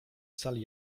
sali